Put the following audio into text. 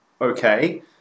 okay